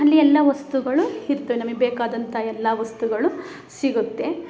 ಅಲ್ಲಿ ಎಲ್ಲ ವಸ್ತುಗಳು ಇರ್ತವೆ ನಮಗ್ ಬೇಕಾದಂಥ ಎಲ್ಲ ವಸ್ತುಗಳು ಸಿಗುತ್ತೆ